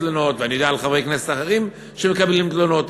תלונות ואני יודע על חברי כנסת אחרים שמקבלים תלונות.